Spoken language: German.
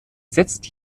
setzt